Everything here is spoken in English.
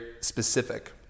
specific